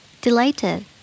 delighted